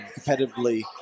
competitively